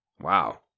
Wow